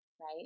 right